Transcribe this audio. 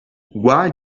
why